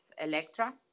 Electra